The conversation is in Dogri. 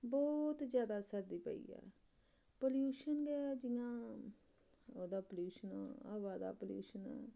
बहुत जादा सर्दी पेई ऐ प्लूयशन गै जि'यां ओह्दा प्लूयशन हवा दा प्लूयशन ऐ